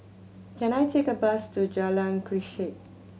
can I take a bus to Jalan Grisek